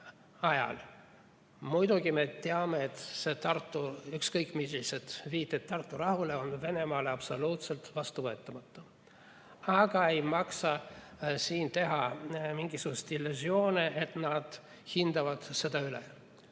muidugi teame, et ükskõik millised viited Tartu rahule on Venemaale absoluutselt vastuvõetamatud. Aga ei maksa siin teha mingisuguseid illusioone, et nad hindavad seda üle.